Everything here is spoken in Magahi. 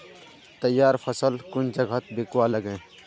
तैयार फसल कुन जगहत बिकवा लगे?